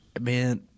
Man